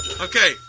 Okay